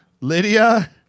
Lydia